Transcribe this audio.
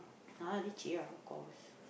ah leceh ah of course